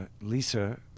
Lisa